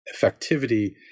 effectivity